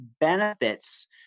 benefits